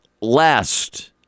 last